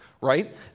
right